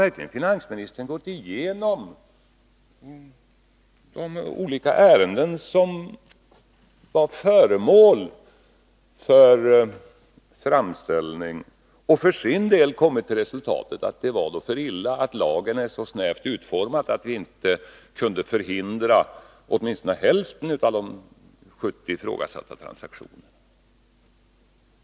Har finansministern verkligen gått igenom ärenden som var föremål för förhandsgranskning och för sin del kommit till resultatet att det var för illa att lagen är så snävt utformad att man inte kunde förhindra åtminstone hälften av de 70 ifrågasatta transaktionerna?